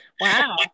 wow